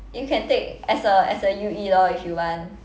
you can take as a as a U_E lor if you want